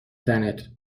تنت